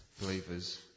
believers